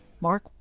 Mark